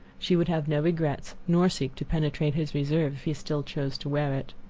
she would have no regrets nor seek to penetrate his reserve if he still chose to wear it.